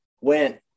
went